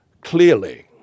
clearly